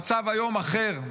המצב היום אחר.